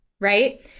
right